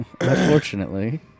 Unfortunately